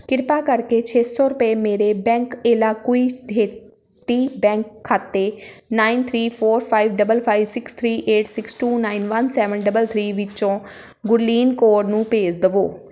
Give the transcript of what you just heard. ਕਿਰਪਾ ਕਰਕੇ ਛੇ ਸੌ ਰੁਪਏ ਮੇਰੇ ਬੈਂਕ ਏਲਾਕੁਈ ਦੇਹਤੀ ਬੈਂਕ ਖਾਤੇ nine three four five double five six three eight six two nine one seven double three ਵਿੱਚੋਂ ਗੁਰਲੀਨ ਕੌਰ ਨੂੰ ਭੇਜ ਦੇਵੋ